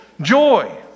joy